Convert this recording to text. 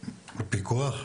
פיקוח?